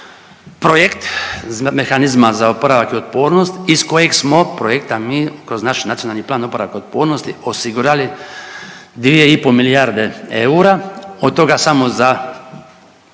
projekt Mehanizma za oporavak i otpornost iz kojeg smo projekta mi kroz naš NPOO osigurali 2,5 milijarde eura, od toga samo za